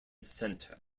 centre